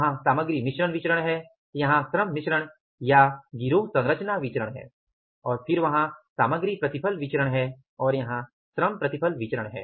वहां सामग्री मिश्रण विचरण है यह श्रम मिश्रण या गिरोह संरचना विचरण है और फिर वहां सामग्री प्रतिफल विचरण है और यहाँ श्रम प्रतिफल विचरण है